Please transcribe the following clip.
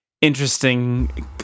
interesting